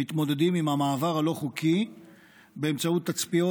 מתמודדים עם המעבר הלא-חוקי באמצעות תצפיות,